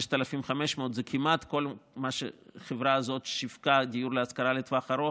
6,500 זה כמעט כל מה שהחברה הזאת שיווקה דיור להשכרה לטווח ארוך,